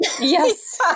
Yes